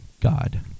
God